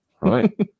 right